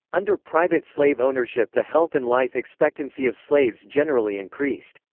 under private slave ownership the health and life expectancy of slaves generally increased.